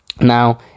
Now